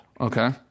okay